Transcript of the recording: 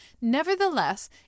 Nevertheless